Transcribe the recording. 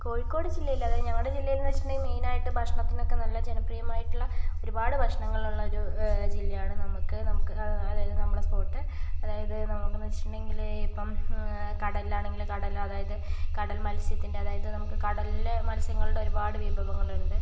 കോഴിക്കോട് ജില്ലയിൽ അതായത് ഞങ്ങളുടെ ജില്ലയിൽ എന്നു വെച്ചിട്ടുണ്ടെങ്കിൽ മെയിനായിട്ട് ഭക്ഷണത്തിനൊക്കെ നല്ല ജനപ്രിയമായിട്ടുള്ള ഒരുപാട് ഭക്ഷണങ്ങളുള്ളൊരു ജില്ലയാണ് നമുക്ക് നമുക്ക് അതായത് നമ്മുടെ സ്പോട്ട് അതായത് നമുക്കെന്ന് വെച്ചിട്ടുണ്ടെങ്കില് ഇപ്പം കടലിലാണെങ്കില് കടല് അതായത് കടൽ മത്സ്യത്തിൻ്റെ അതായത് നമുക്ക് കടലിലെ മത്സ്യങ്ങളുടെ ഒരുപാട് വിഭവങ്ങളുണ്ട്